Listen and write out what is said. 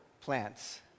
plants